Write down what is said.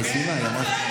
היא סיימה.